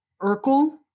Urkel